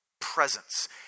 presence